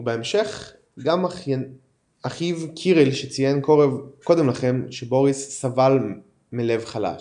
ובהמשך גם אחיו קיריל שציין קודם לכן שבוריס "סבל מלב חלש",